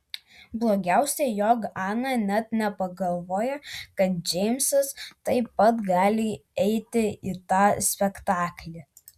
blogiausia jog ana net nepagalvojo kad džeimsas taip pat gali eiti į tą spektaklį